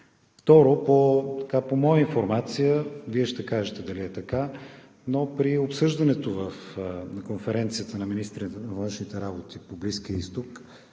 Второ, по моя информация, а Вие ще кажете дали е така, при обсъждането на Конференцията на министрите на външните работи по Близкия изток